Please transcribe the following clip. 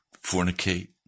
fornicate